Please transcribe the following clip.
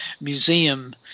Museum